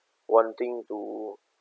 wanting to